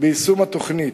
ביישום התוכנית.